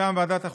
מטעם ועדת החוקה,